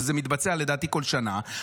שלדעתי מתבצע כל שנה,